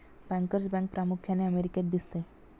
bankers bank प्रामुख्याने अमेरिकेत दिसते